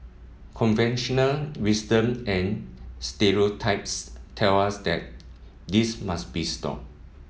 conventional wisdom and stereotypes tell us that this must be stop